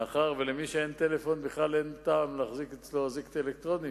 מאחר שמי שאין לו טלפון בכלל אין טעם להחזיק אצלו אזיק אלקטרוני,